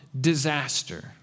disaster